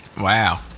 Wow